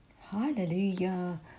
Hallelujah